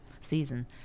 season